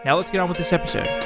yeah let's get on with this episode.